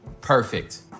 Perfect